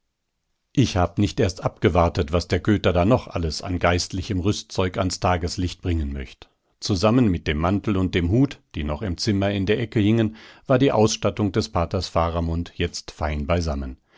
ich hab nicht erst abgewartet was der köter da noch alles an geistlichem rüstzeug ans tageslicht bringen möcht zusammen mit dem mantel und dem hut die noch im zimmer in der ecke hingen war die ausstattung des paters faramund jetzt fein beisammen